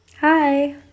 Hi